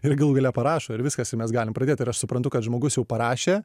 ir galų gale parašo ir viskas ir mes galim pradėt ir aš suprantu kad žmogus jau parašė